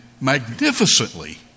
magnificently